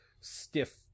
stiff